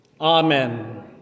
amen